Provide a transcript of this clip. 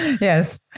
Yes